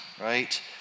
right